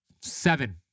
seven